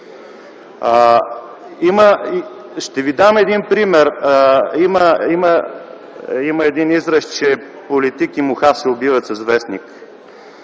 Ще ви дам един пример. Има един израз, че политик и муха се убиват с вестник.